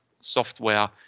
software